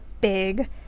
big